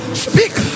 speak